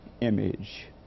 image